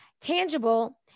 tangible